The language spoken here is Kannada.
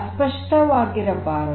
ಅಸ್ಪಷ್ಟವಾಗಿರಬಾರದು